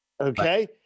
okay